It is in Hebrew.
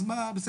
אז מה,